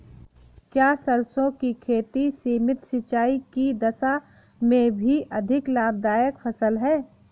क्या सरसों की खेती सीमित सिंचाई की दशा में भी अधिक लाभदायक फसल है?